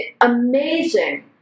amazing